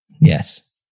Yes